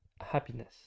happiness